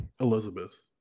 Elizabeth